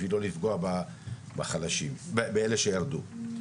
בשביל לא לפגוע באלה שירדו.